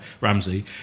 Ramsey